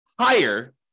higher